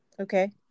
Okay